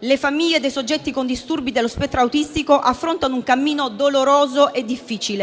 Le famiglie dei soggetti con disturbi dello spettro autistico affrontano un cammino doloroso e difficile,